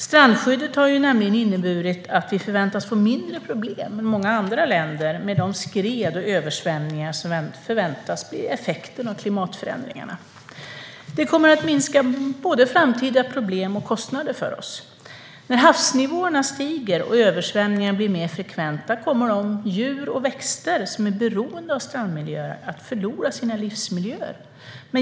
Strandskyddet har nämligen inneburit att vi förväntas få mindre problem än många andra länder med de skred och översvämningar som förväntas bli effekter av klimatförändringarna. Strandskyddet kommer att minska både framtida problem och kostnader för oss. När havsnivåerna stiger och översvämningar blir mer frekventa kommer djur och växter som är beroende av strandmiljöer att förlora sina livsmiljöer.